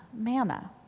manna